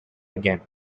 again